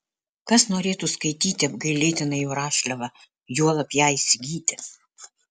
kas norėtų skaityti apgailėtiną jo rašliavą juolab ją įsigyti